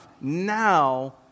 Now